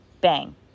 bang